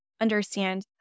understand